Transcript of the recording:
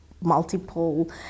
multiple